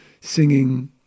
singing